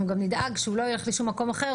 גם נדאג שהוא לא יילך לשום מקום אחר,